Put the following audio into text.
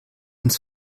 ins